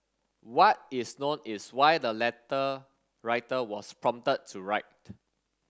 what is known is why the letter writer was prompted to write